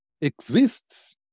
exists